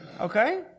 Okay